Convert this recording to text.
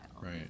right